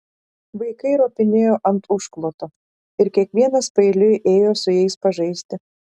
vaikai ropinėjo ant užkloto ir kiekvienas paeiliui ėjo su jais pažaisti